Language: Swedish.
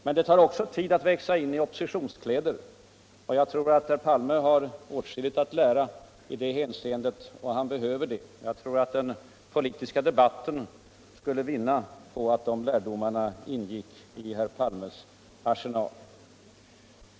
Men det tar också uid att växa In I opposiuionskläder. Jag tror att herr Palme har åtskilligt att lära i det hänseendet. Och han behöver det. Jag tror också att den politiska debatten skulle vinna på att de lärdomarna ingick i herr Palmes arsenal.